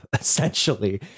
essentially